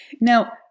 Now